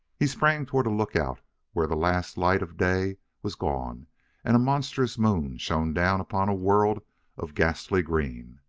he sprang toward a lookout where the last light of day was gone and a monstrous moon shone down upon a world of ghastly green.